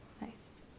Nice